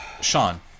Sean